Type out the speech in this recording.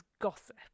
gossip